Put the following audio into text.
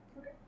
Okay